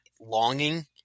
longing